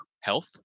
health